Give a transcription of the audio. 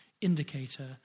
indicator